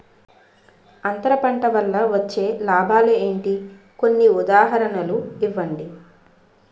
అంతర పంట వల్ల వచ్చే లాభాలు ఏంటి? కొన్ని ఉదాహరణలు ఇవ్వండి?